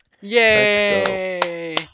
Yay